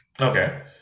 Okay